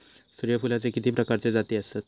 सूर्यफूलाचे किती प्रकारचे जाती आसत?